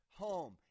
home